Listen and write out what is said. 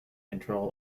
control